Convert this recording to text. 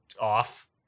off